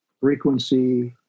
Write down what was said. frequency